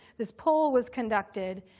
this poll was conducted.